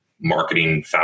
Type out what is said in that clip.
marketing